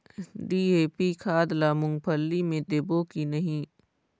DAP खाद ला मुंगफली मे देबो की नहीं?